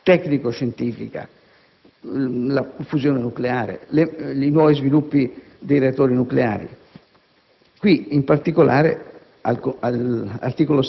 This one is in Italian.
deve deliberare su materie di straordinaria complessità tecnico-scientifica, quali la fusione nucleare, i nuovi sviluppi dei reattori nucleari.